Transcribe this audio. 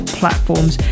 platforms